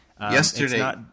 Yesterday